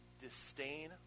disdain